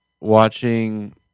watching